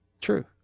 true